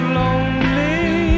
lonely